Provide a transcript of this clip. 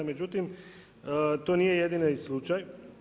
Međutim, to nije jedini slučaj.